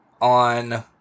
on